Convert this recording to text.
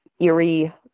eerie